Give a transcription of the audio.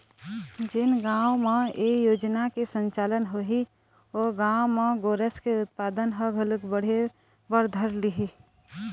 जेन गाँव म ए योजना के संचालन होही ओ गाँव म गोरस के उत्पादन ह घलोक बढ़े बर धर लिही